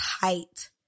tight